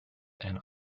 and